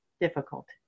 difficult